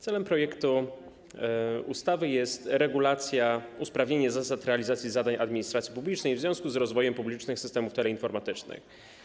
Celem projektu ustawy jest usprawnienie zasad realizacji zadań administracji publicznej w związku z rozwojem publicznych systemów teleinformatycznych.